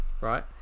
right